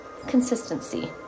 Consistency